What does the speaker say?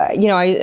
ah you know,